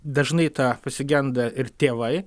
dažnai tą pasigenda ir tėvai